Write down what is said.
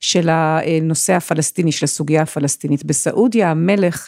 של הנושא הפלסטיני, של הסוגיה הפלסטינית בסעודיה, המלך...